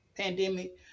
pandemic